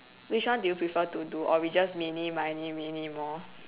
which one do you prefer to do or we just eeny meeny miny moe